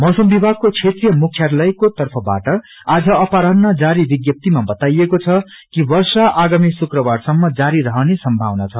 मौसम विभागको क्षेत्रीय मुख्यालयको तर्फवाट आज अपराहन्ह जारी विज्ञप्तीमा बताइएको छ कि वर्षा आगामी शुक्रवारसम्म जारी रहने संभावना छ